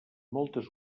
moltes